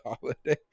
holiday